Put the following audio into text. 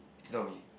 it's not me